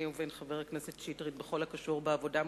ובין חבר הכנסת שטרית בכל הקשור בעבודה מאורגנת,